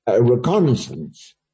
reconnaissance